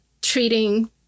treating